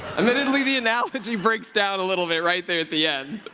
admittedly, the analogy breaks down a little bit right there at the end.